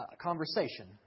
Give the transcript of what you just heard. conversation